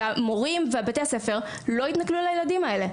והמורים ובתי הספר לא יתנכלו לילדים האלה.